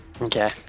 Okay